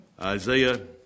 Isaiah